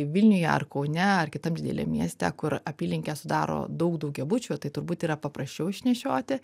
vilniuje ar kaune ar kitam dideliam mieste kur apylinkes sudaro daug daugiabučių tai turbūt yra paprasčiau išnešioti